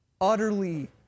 Utterly